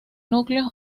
núcleos